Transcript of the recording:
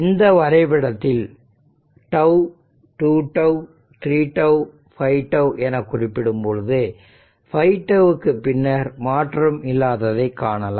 இந்த வரைபடத்தில் τ 2τ 3τ 5τ என குறிப்பிடும் பொழுது 5τ இக்கு பின்னர் மாற்றம் இல்லாததை காணலாம்